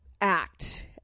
act